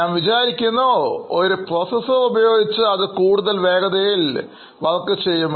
ഞാൻ വിചാരിക്കുന്നു ഒരു പ്രോസസർ ഉപയോഗിച്ചാൽ അത് കൂടുതൽ വേഗതയിൽ വർക്ക് ചെയ്യും